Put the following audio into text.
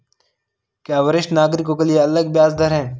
क्या वरिष्ठ नागरिकों के लिए अलग ब्याज दर है?